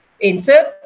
insert